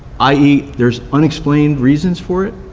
i e, there's unexplained reasons for it.